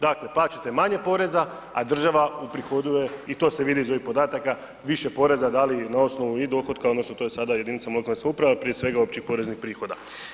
Dakle, plaćate manje poreza, a država uprihoduje i to se vidi iz ovih podataka, više poreza dali i na osnovu i dohotka tj. to je sada jedinica lokalne samouprave, a prije svega općih poreznih prihoda.